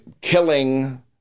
killing